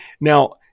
Now